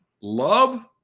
Love